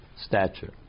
stature